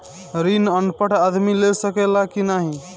ऋण अनपढ़ आदमी ले सके ला की नाहीं?